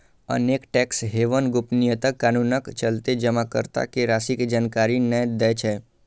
अनेक tax haven गोपनीयता कानूनक चलते जमाकर्ता के राशि के जानकारी नै दै छै